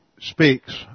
speaks